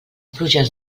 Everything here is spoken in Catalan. pluges